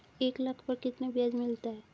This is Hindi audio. एक लाख पर कितना ब्याज मिलता है?